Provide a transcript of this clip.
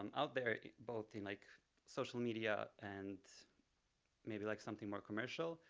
um out there both in like social media and maybe like something more commercial,